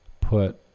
put